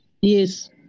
Yes